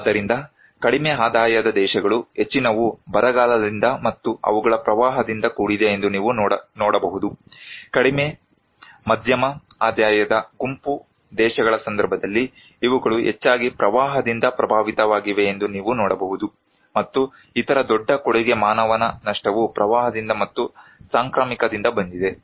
ಆದ್ದರಿಂದ ಕಡಿಮೆ ಆದಾಯದ ದೇಶಗಳು ಹೆಚ್ಚಿನವು ಬರಗಾಲದಿಂದ ಮತ್ತು ಅವುಗಳ ಪ್ರವಾಹದಿಂದ ಕೂಡಿದೆ ಎಂದು ನೀವು ನೋಡಬಹುದು ಕಡಿಮೆ ಮಧ್ಯಮ ಆದಾಯದ ಗುಂಪು ದೇಶಗಳ ಸಂದರ್ಭದಲ್ಲಿ ಇವುಗಳು ಹೆಚ್ಚಾಗಿ ಪ್ರವಾಹದಿಂದ ಪ್ರಭಾವಿತವಾಗಿವೆ ಎಂದು ನೀವು ನೋಡಬಹುದು ಮತ್ತು ಇತರ ದೊಡ್ಡ ಕೊಡುಗೆ ಮಾನವನ ನಷ್ಟವು ಪ್ರವಾಹದಿಂದ ಮತ್ತು ಸಾಂಕ್ರಾಮಿಕದಿಂದ ಬಂದಿದೆ